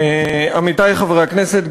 עמיתי חברי הכנסת,